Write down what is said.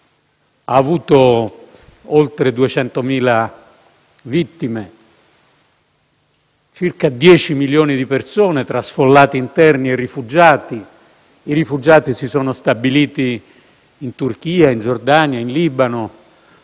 ha avuto oltre 200.000 vittime e circa 10 milioni di persone tra sfollati interni e rifugiati. I rifugiati si sono stabiliti in Turchia, in Giordania, in Libano